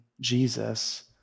Jesus